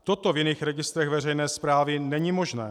Toto v jiných registrech veřejné správy není možné.